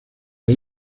hay